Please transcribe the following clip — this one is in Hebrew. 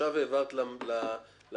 עכשיו העברת למשפטי,